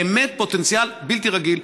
באמת פוטנציאל בלתי רגיל.